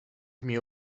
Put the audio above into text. mnie